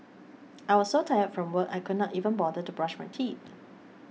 I was so tired from work I could not even bother to brush my teeth